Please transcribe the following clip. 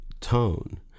tone